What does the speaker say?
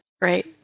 right